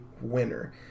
winner